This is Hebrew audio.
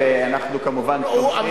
ואנחנו כמובן תומכים,